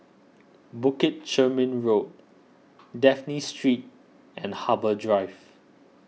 Bukit Chermin Road Dafne Street and Harbour Drive